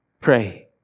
pray